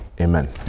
amen